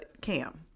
Cam